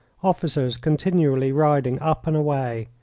officers continually riding up and away.